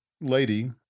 lady